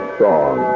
song